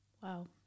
Wow